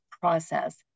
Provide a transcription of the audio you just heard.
process